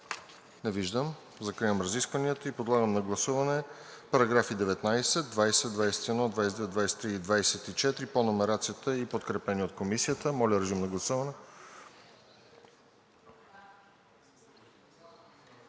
Не виждам. Закривам разискванията. Подлагам на гласуване параграфи 19, 20, 21, 22, 23 и 24 по номерацията и подкрепени от Комисията. Гласували